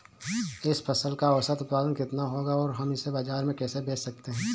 इस फसल का औसत उत्पादन कितना होगा और हम इसे बाजार में कैसे बेच सकते हैं?